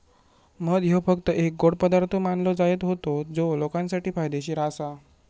मध ह्यो फक्त एक गोड पदार्थ मानलो जायत होतो जो लोकांसाठी फायदेशीर आसा